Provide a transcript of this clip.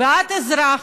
בעד אזרח,